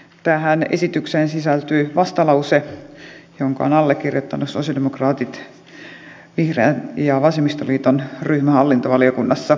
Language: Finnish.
tähän esitykseen sisältyy vastalause jonka ovat allekirjoittaneet sosialidemokraatit vihreät ja vasemmistoliiton ryhmä hallintovaliokunnassa